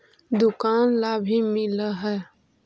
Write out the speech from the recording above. दुकान ला भी मिलहै?